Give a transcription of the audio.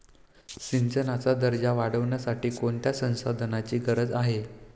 सिंचनाचा दर्जा वाढविण्यासाठी कोणत्या संसाधनांची गरज आहे?